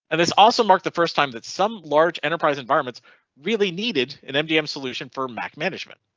and this also marked the first time that some large enterprise environments really needed an mdm solution for mac management.